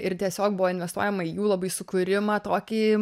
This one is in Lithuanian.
ir tiesiog buvo investuojama į jų labai sukūrimą tokį